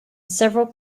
several